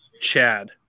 Chad